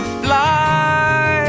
fly